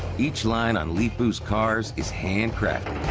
each line on leepu's cars is handcrafted.